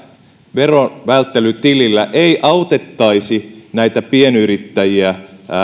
veronvälttelytilillä ei autettaisi näitä pienyrittäjiä